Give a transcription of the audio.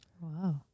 Wow